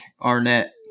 Arnett